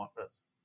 office